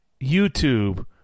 YouTube